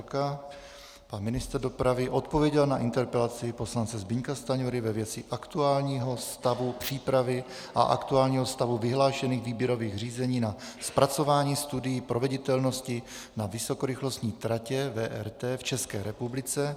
Pan ministr dopravy odpověděl na interpelaci poslance Zbyňka Stanjury ve věci aktuálního stavu přípravy a aktuálního stavu vyhlášených výběrových řízení na zpracování studií proveditelnosti na vysokorychlostní tratě VRT v České republice.